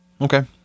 okay